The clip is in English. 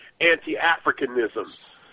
anti-Africanism